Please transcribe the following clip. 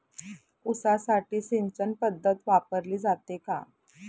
ऊसासाठी सिंचन पद्धत वापरली जाते का?